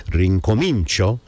rincomincio